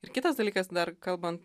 ir kitas dalykas dar kalbant